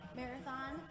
marathon